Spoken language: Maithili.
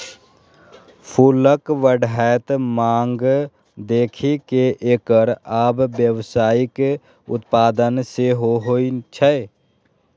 फूलक बढ़ैत मांग देखि कें एकर आब व्यावसायिक उत्पादन सेहो होइ छै